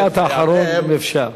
משפט אחרון אם אפשר.